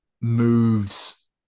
moves